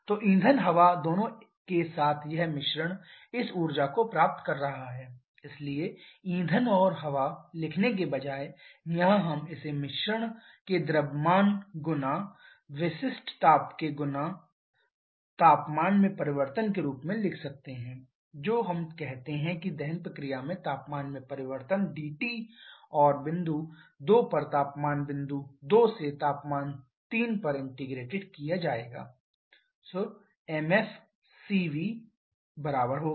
तो ईंधन हवा दोनों के साथ यह मिश्रण इस ऊर्जा को प्राप्त कर रहा है इसलिए ईंधन और हवा लिखने के बजाय यहाँ हम इसे मिश्रण के द्रव्यमान गुना विशिष्ट ताप के गुना तापमान में परिवर्तन के रूप में भी लिख सकते हैं जो हम कहते हैं कि दहन प्रक्रिया में तापमान में परिवर्तन dT और यह बिंदु 2 पर तापमान बिंदु 2 से तापमान 3 पर इंटीग्रेटेड किया जाएगा